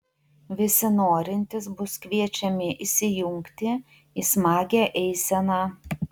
visi norintys bus kviečiami įsijungti į smagią eiseną